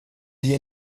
die